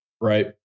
Right